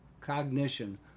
cognition